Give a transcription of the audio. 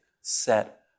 set